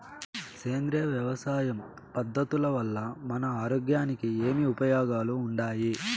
సేంద్రియ వ్యవసాయం పద్ధతుల వల్ల మన ఆరోగ్యానికి ఏమి ఉపయోగాలు వుండాయి?